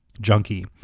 junkie